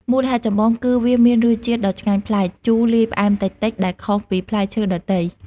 មូលហេតុចម្បង គឺ វាមានរសជាតិដ៏ឆ្ងាញ់ប្លែក ជូរលាយផ្អែមតិចៗ ដែលខុសពីផ្លែឈើដទៃ។